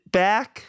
back